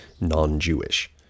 non-Jewish